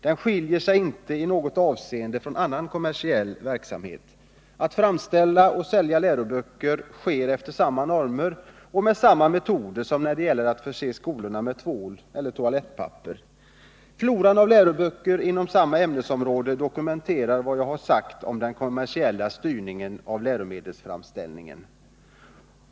Den skiljer sig inte i något avseende från annan kommersiell verksamhet. Framställning och försäljning av läroböcker sker efter samma normer och med samma metoder som när det gäller att förse skolorna med tvål och toalettpapper. Floran av läroböcker inom samma ämnesområde dokumenterar vad jag har sagt om den kommersiella styrningen av läromedelsframställningen.